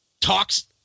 Talks